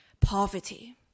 Poverty